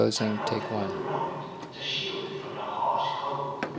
and wrapped the cloak around it to shield it from the harsh cold,